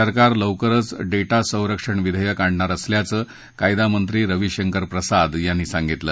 सरकार लवकरच डेटा संरक्षण विधेयक आणणार असल्याचं कायदामंत्री रवीशंकर प्रसाद यांनी सांगितलं